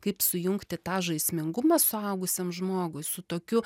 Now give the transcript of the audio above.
kaip sujungti tą žaismingumą suaugusiam žmogui su tokiu